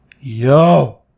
yo